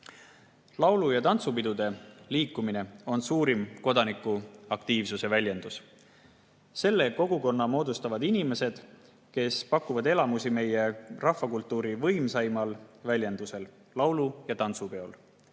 Laulu‑ ja tantsupidude liikumine on suurim kodanikuaktiivsuse väljendus. Selle kogukonna moodustavad inimesed, kes pakuvad elamusi meie rahvakultuuri võimsaimal väljendusel, laulu‑ ja tantsupeol.